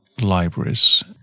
libraries